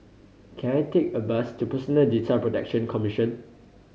can I take a bus to Personal Data Protection Commission